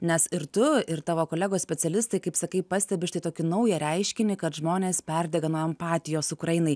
nes ir tu ir tavo kolegos specialistai kaip sakai pastebi štai tokį naują reiškinį kad žmonės perdega nuo empatijos ukrainai